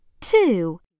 two